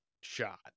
shot